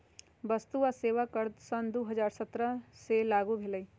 वस्तु आ सेवा कर सन दू हज़ार सत्रह से लागू भेलई